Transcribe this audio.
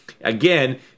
Again